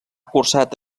cursat